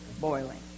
boiling